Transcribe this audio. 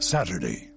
Saturday